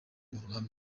ruhome